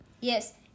Yes